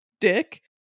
dick